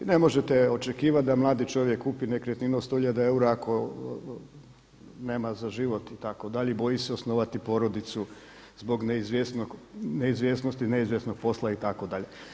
Ne možete očekivati da mladi čovjek kupi nekretninu od 100 hiljada eura ako nema za život itd. i boji se osnovati porodicu zbog neizvjesnosti, neizvjesnog posla itd.